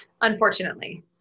Unfortunately